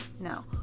No